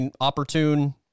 opportune